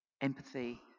empathy